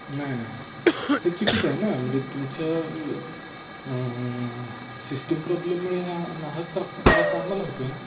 नाही नाही नाही हे चुकीचं आहे ना म्हणजे तुमच्या सिस्टीम प्रॉब्लेममुळे हा नाहक त्रा त्रास आम्हाला होतो आहे ना